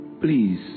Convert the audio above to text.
Please